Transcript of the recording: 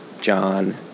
John